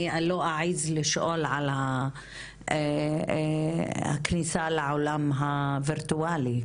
אני לא אעז לשאול על הכניסה לעולם הווירטואלי.